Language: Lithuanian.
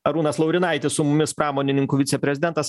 arūnas laurinaitis su mumis pramonininkų viceprezidentas aš